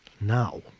now